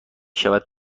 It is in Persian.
شود